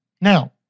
Now